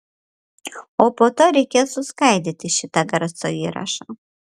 o po to reikės suskaidyti šitą garso įrašą